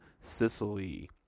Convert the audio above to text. Sicily